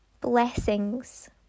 Blessings